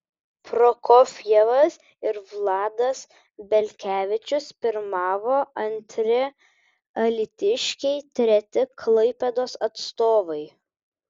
prokofjevas ir vladas belkevičius pirmavo antri alytiškiai treti klaipėdos atstovai